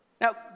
Now